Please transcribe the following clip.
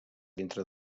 dintre